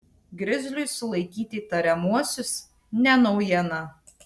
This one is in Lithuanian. grizliui sulaikyti įtariamuosius ne naujiena